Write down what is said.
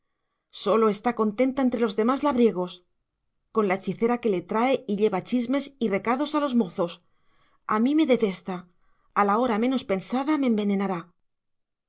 sólo está contenta entre los demás labriegos con la hechicera que le trae y lleva chismes y recados a los mozos a mí me detesta a la hora menos pensada me envenenará